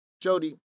Jody